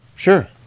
Sure